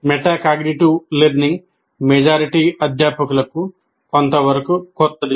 metacognitive learning majority అధ్యాపకులకు కొంత వరకు కొత్తది